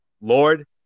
Lord